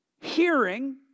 hearing